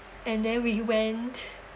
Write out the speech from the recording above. and then we went